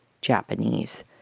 Japanese